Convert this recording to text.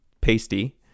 pasty